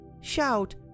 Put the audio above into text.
Shout